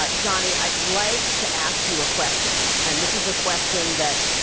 but johnny, i'd like to ask you a question. and this is a question that.